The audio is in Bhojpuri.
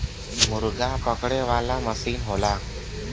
मुरगा पकड़े वाला मसीन होला